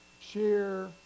share